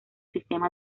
sistema